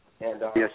Yes